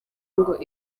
ngo